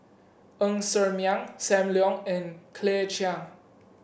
Ng Ser Miang Sam Leong and Claire Chiang